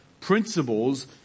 principles